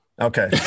Okay